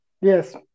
Yes